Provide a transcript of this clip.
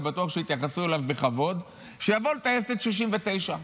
אני בטוח שיתייחסו אליו בכבוד, שיבוא לטייסת 69,